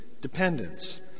dependence